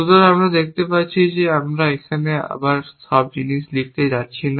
সুতরাং আমরা দেখতে পাচ্ছি তাই আমি এখানে আবার এই সব লিখতে যাচ্ছি না